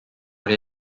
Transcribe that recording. oli